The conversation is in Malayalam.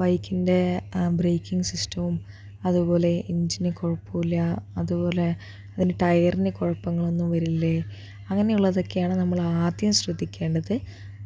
ബൈക്കിന്റെ ബ്രേക്കിംഗ് സിസ്റ്റവും അതുപോലെ എൻജിന് കുഴപ്പമില്ല അതുപോലെ അതിന്റെ ടയറിന് കുഴപ്പങ്ങളൊന്നും വരില്ലേ അങ്ങനെയുള്ളതൊക്കെയാണ് നമ്മളാദ്യം ശ്രദ്ധിക്കേണ്ടത്